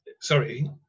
Sorry